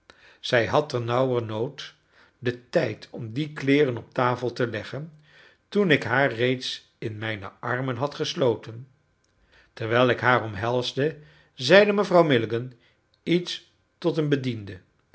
zij had ternauwernood den tijd om die kleeren op tafel te leggen toen ik haar reeds in mijn armen had gesloten terwijl ik haar omhelsde zeide mevrouw milligan iets tot een bediende